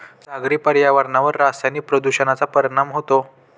सागरी पर्यावरणावर रासायनिक प्रदूषणाचा परिणाम होतो